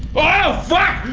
oh fuck!